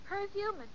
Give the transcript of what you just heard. perfume